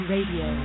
Radio